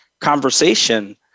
conversation